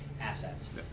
assets